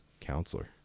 counselor